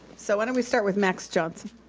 so why don't we start with max johnson?